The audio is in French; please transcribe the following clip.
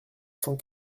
cent